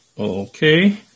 Okay